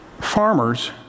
Farmers